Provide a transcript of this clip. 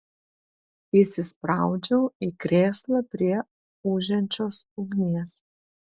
įsispraudžiau į krėslą prie ūžiančios ugnies